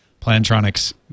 Plantronics